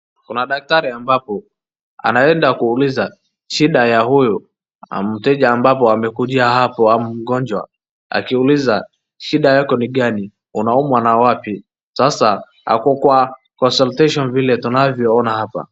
Kuna daktari ambapo anaenda kuuliza shida ya huyu mteja ambapo amekuja hapo ama mgonjwa akiuliza shida yako ni gani, unaumwa na wapi, sasa ako kwa consultation vile tunavyoona hapa.